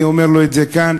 ואני אומר את זה כאן: